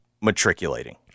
matriculating